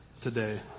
today